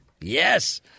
Yes